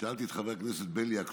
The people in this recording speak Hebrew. שאלתי את חבר הכנסת בליאק,